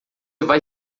vai